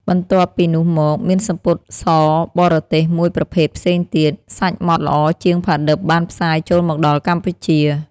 បន្ទាប់ពីនោះមក មានសំពត់សបរទេសមួយប្រភេទផ្សេងទៀត សាច់ម៉ដ្ឋល្អជាងផាឌិបបានផ្សាយចូលមកដល់កម្ពុជា